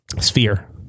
Sphere